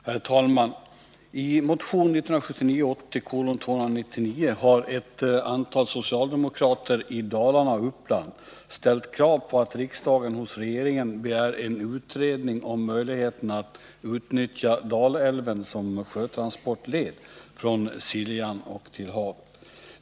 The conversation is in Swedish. Herr talman! I motion 1979/80:299 har ett antal socialdemokrater i Dalarna och Uppland ställt krav på att riksdagen hos regeringen begär en utredning om möjligheterna att utnyttja Dalälven som sjötransportled från Siljan till havet.